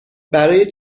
برای